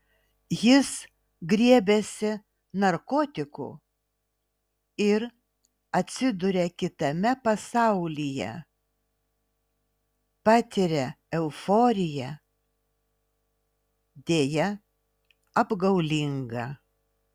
jis griebiasi narkotikų ir atsiduria kitame pasaulyje patiria euforiją deja apgaulingą